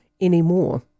anymore